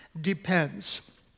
depends